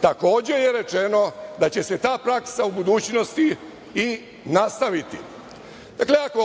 Takođe je rečeno da će se ta praksa u budućnosti i nastaviti. Šta